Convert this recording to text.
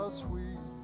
sweet